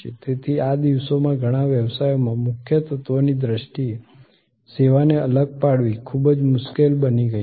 તેથી આ દિવસોમાં ઘણા વ્યવસાયોમાં મુખ્ય તત્વની દ્રષ્ટિએ સેવાને અલગ પાડવી ખૂબ જ મુશ્કેલ બની ગઈ છે